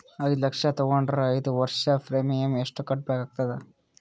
ಐದು ಲಕ್ಷ ತಗೊಂಡರ ಐದು ವರ್ಷದ ಪ್ರೀಮಿಯಂ ಎಷ್ಟು ಕಟ್ಟಬೇಕಾಗತದ?